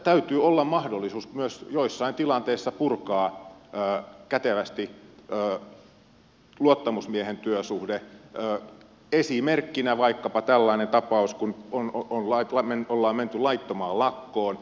täytyy olla myös mahdollisuus joissain tilanteissa purkaa kätevästi luottamusmiehen työsuhde esimerkkinä vaikkapa tällainen tapaus kun ollaan menty laittomaan lakkoon